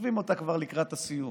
כותבים אותה כבר לקראת הסיום.